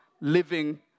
living